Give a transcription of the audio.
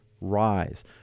rise